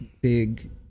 big